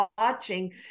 watching